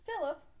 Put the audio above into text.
Philip